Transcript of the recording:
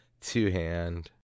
two-hand